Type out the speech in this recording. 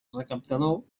recaptador